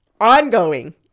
ongoing